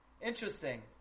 interesting